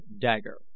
dagger